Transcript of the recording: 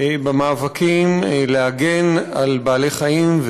במאבקים להגנה על בעלי-חיים,